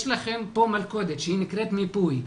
יש לכם פה מלכודת שהיא נקראת מיפוי.